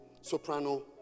soprano